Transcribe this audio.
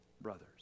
brothers